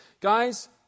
Guys